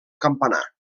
campanar